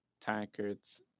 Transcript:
tankards